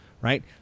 right